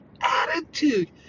attitude